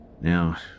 Now